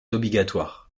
obligatoire